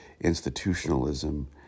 institutionalism